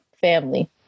family